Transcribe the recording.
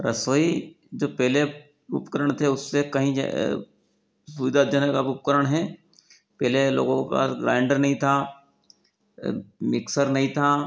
रसोई जो पहले उपकरण थे उससे कहीं सुविधाजनक अब उपकरण हैं पहले लोगों के पास ग्राइन्डर नहीं था मिक्सर नहीं था